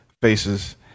faces